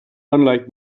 unlike